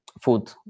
food